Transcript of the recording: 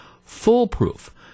foolproof